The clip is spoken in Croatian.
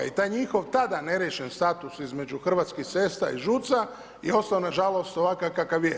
I taj njihov tada ne riješen status između Hrvatskih cesta i ŽUC-a je ostao, nažalost, ovakav kakav je.